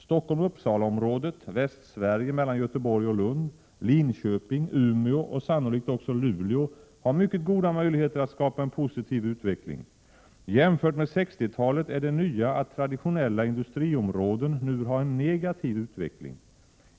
Stockholm-Uppsala-området, också Luleå har mycket goda möjligheter att skapa en positiv utveckling. Jämfört med 60-talet är det nya att traditionella industriområden nu har en negativ utveckling.